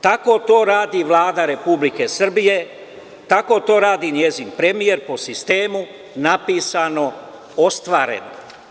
Tako to radi Vlada Republike Srbije, tako to radi njezin premijer po sistemunapisano-ostvareno.